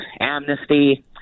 amnesty